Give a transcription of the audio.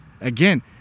Again